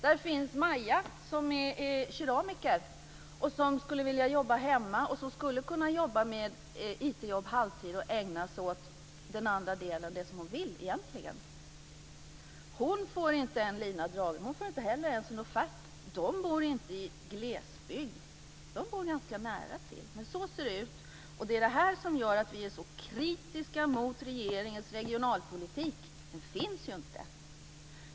Där finns Maja, som är keramiker och som skulle vilja jobba hemma och som skulle kunna jobba med IT på halvtid och ägna den andra delen åt det som hon vill egentligen. Hon får inte en lina dragen. Hon får inte heller ens en offert. De bor inte i glesbygd, de bor ganska nära till. Så här ser det ut. Och det är det som gör att vi är så kritiska mot regeringens regionalpolitik. Den finns ju inte.